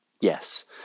Yes